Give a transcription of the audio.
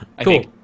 Cool